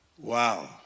Wow